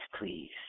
please